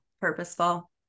purposeful